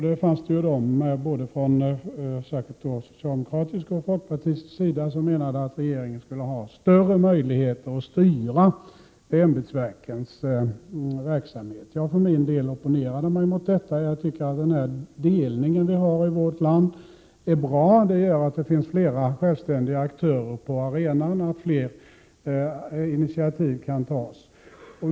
Det fanns då vissa personer, särskilt från socialdemokratisk och folkpartistisk sida, som menade att regeringen skulle ha större möjligheter att styra ämbetsverkens verksamhet. Jag för min del opponerade mig mot detta. Jag tycker att den uppdelning som vi har i vårt land är bra. Den gör att det finns flera självständiga aktörer på arenan och att fler initiativ kan tas.